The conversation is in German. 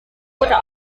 oder